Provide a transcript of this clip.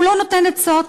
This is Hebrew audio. הוא לא נותן עצות,